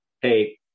hey